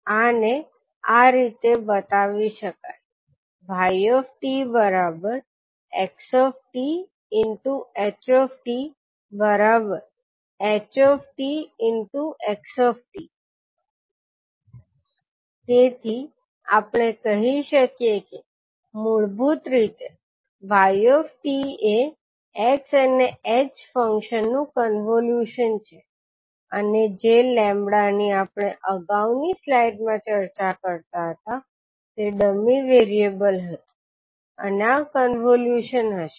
આને આ રીતે બતાવી શકાય yxtht htxt તેથી આપણે કહી શકીએ કે મૂળભૂત રીતે 𝑦𝑡 એ x અને h ફંક્શન નું કોન્વોલ્યુશન છે અને જે લેમ્બડા 𝜆 ની આપણે અગાઉની સ્લાઇડમાં ચર્ચા કરતા હતા તે ડમી વેરિયેબલ હતું અને આ કોન્વોલ્યુશન હશે